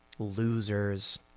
losers